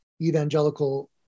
evangelical